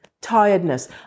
tiredness